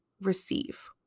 receive